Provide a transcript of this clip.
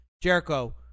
Jericho